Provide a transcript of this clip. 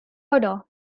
order